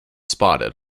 spotted